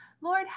Lord